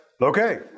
Okay